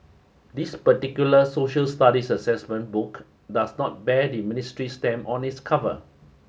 this particular Social Studies Assessment Book does not bear the ministry's stamp on its cover